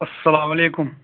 اَسلام علیکُم